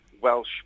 Welsh